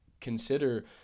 consider